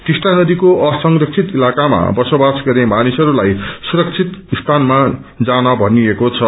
टिस्टा नदीको असंरक्षित इलाक्रमा बसोबास गर्ने मानिसहरूलाई सुरक्षित स्थानमा जान भनिएको छ